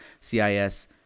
cis